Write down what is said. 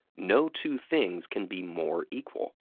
no two things can be more equal.